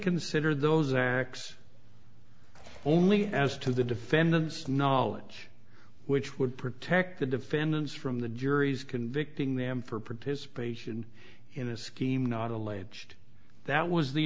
consider those acts only as to the defendant's knowledge which would protect the defendants from the jury's convicting them for participation in a scheme not alleged that was the